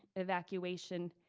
evacuation,